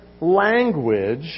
language